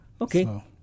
Okay